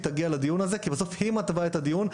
תגיע לדיון הזה כי בסוף היא מתווה את הדיון.